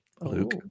Luke